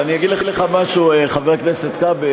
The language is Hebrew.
אבל אני אגיד לך משהו, חבר הכנסת כבל.